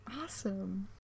Awesome